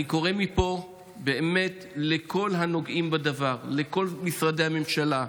אני קורא מפה לכל הנוגעים בדבר, לכל משרדי הממשלה,